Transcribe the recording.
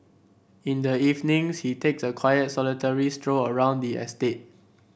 in the evenings he takes a quiet solitary stroll around the estate